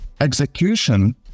execution